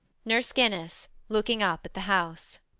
nurse guinness looking up at the house.